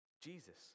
Jesus